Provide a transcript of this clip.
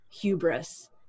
hubris